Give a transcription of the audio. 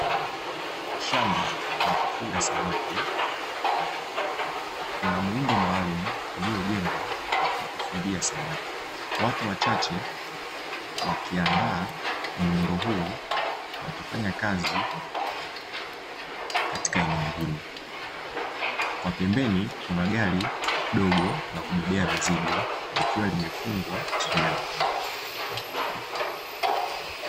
Shamba la kufuga samaki. Kuna muundo maalumu uliojengwa wa kufugia samaki. Watu wachache wakiandaa muundo huo wakifanya kazi katika eneo hilo, kwa pembeni kuna gari dogo la kubebea mizigo likiwa limefungwa trela.